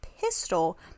pistol